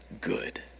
good